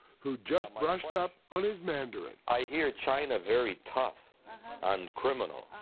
who just brushed up on his mandarin. i hear china very tough on criminal.